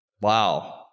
Wow